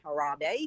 Harabe